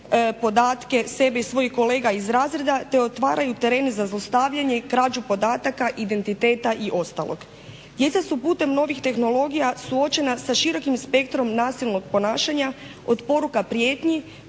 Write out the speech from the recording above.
podatke, sebe i svojih kolega iz razreda te otvaraju teren za zlostavljanje i krađu podataka identiteta i ostalog. Djeca su putem novih tehnologija suočena sa širokim spektrom nasilnog ponašanja od poruka prijetnji